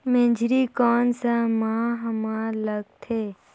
मेझरी कोन सा माह मां लगथे